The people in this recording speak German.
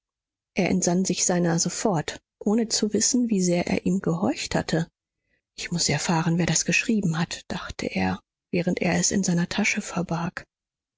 er entsann sich seiner sofort ohne zu wissen wie sehr er ihm gehorcht hatte ich muß erfahren wer das geschrieben hat dachte er während er es in seiner tasche verbarg